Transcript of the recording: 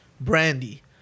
Brandy